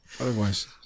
Otherwise